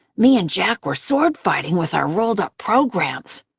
me and jack were sword-fighting with our rolled-up programs.